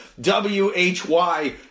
W-H-Y